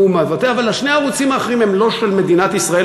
שני הערוצים האחרים הם לא של מדינת ישראל,